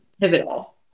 pivotal